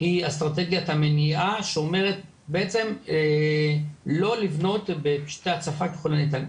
היא אסטרטגיית המניעה שאומרת בעצם לא לבנות בפשטי הצפה ככל שניתן.